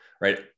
right